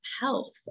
health